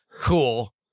Cool